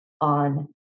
on